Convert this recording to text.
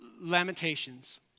Lamentations